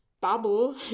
bubble